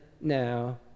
now